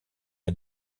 est